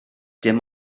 dim